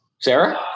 Sarah